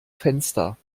fenster